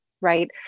right